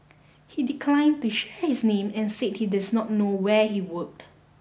he declined to share his name and said he does not know where he worked